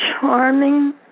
charming